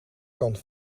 kant